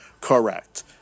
Correct